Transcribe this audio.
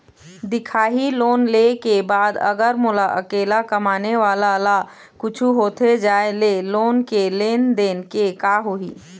दिखाही लोन ले के बाद अगर मोला अकेला कमाने वाला ला कुछू होथे जाय ले लोन के लेनदेन के का होही?